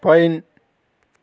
pine